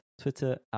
Twitter